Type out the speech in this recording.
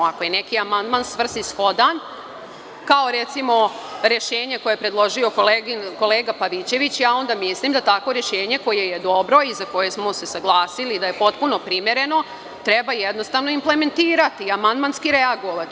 Ako je neki amandman svrsishodan kao recimo rešenje koje je predložio kolega Pavićević, ja onda mislim da takvo rešenje koje je dobro i za koje smo se saglasili da je potpuno primereno, treba jednostavno implementirati, amandmanski reagovati.